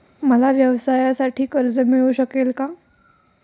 मला व्यवसायासाठी कर्ज मिळू शकेल का?